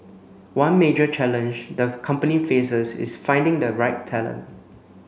one major challenge the company faces is finding the right talent